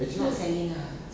actually can